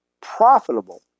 profitable